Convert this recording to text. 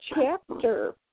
chapter